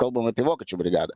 kalbam apie vokiečių brigadą